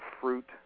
fruit